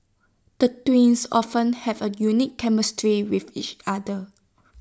the twins often have A unique chemistry with each other